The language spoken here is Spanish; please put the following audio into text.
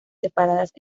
separadas